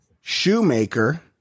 shoemaker